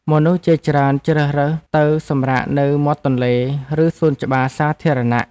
មនុស្សជាច្រើនជ្រើសរើសទៅសម្រាកនៅមាត់ទន្លេ ឬសួនច្បារសាធារណៈ។